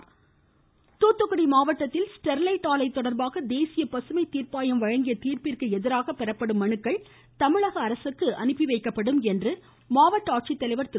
ம் ம் ம் ம் ம தூத்துகுடி தூத்துகுடி மாவட்டத்தில் ஸ்டெர்லைட் ஆலை தொடர்பாக தேசிய பசுமை தீர்ப்பாயம் வழங்கிய தீர்ப்பிற்கு எதிராக பெறப்படும் மனுக்கள் தமிழக அரசுக்கு அனுப்பி வைக்கப்படும் என்று மாவட்ட ஆட்சித்தலைவர் திரு